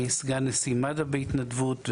אני סגן נשיא מד"א בהתנדבות,